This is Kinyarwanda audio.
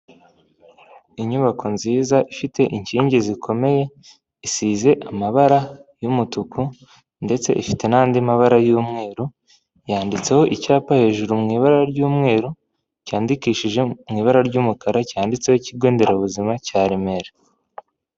Inyubako nziza ifite inkingi zikomeye isize amabara y'umutuku ndetse ifite n'andi mabara y'umweru, yanditseho icyapa hejuru mu ibara ry'umweru cyandikishije mu ibara ry'umukara cyanditseho ikigo nderabuzima cya Remera